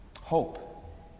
hope